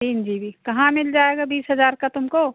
तीन G B कहाँ मिल जाएगा बीस हजार का तुमको